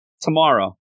tomorrow